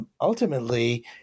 ultimately